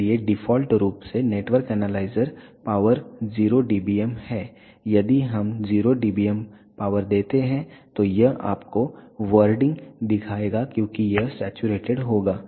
इसलिए डिफ़ॉल्ट रूप से नेटवर्क एनालाइजर पावर 0 dBm है यदि हम 0 dBm पावर देते हैं तो यह आपको वर्डिंग दिखाएगा क्योंकि यह सैचुरेटेड होगा